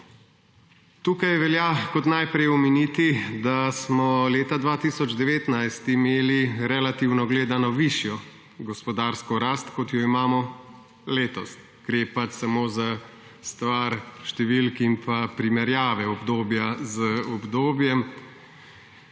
Tukaj velja najprej omeniti, da smo leta 2019 imeli, relativno gledano, višjo gospodarsko rast, kot jo imamo letos. Gre pač samo za stvar številk in primerjave obdobja z obdobjem.